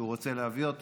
רק רציתי לבדוק.